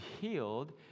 healed